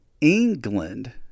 England